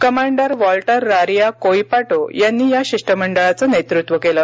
commander Walter रारीया क्रोईपाटो यांनी या शिष्ट मंडळाचं नेतृत्त्व केलं